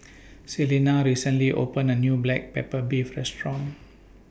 Celina recently opened A New Black Pepper Beef Restaurant